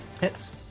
hits